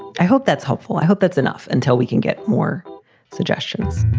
i hope that's helpful. i hope that's enough until we can get more suggestions.